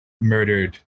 murdered